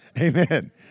Amen